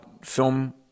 film